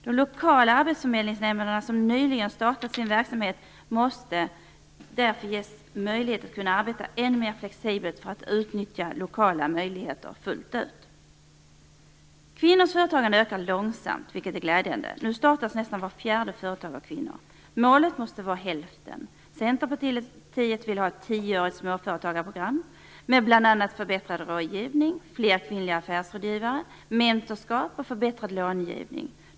De lokala arbetsförmedlingsnämnderna, som nyligen har startat sin verksamhet, måste därför ges möjlighet att arbeta än mer flexibelt för att kunna utnyttja lokala möjligheter fullt ut. Kvinnors företagande ökar långsamt, vilket är glädjande. Nu startas nästan vart fjärde företag av kvinnor. Målet måste vara hälften av företagen. Centerpartiet vill ha ett tioårigt småföretagarprogram med bl.a. förbättrad rådgivning, fler kvinnliga affärsrådgivare, mentorskap och förbättrad långivning.